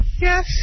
Yes